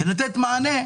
כדי לתת מענה,